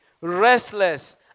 restless